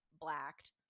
blacked